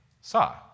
saw